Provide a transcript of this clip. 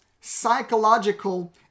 psychological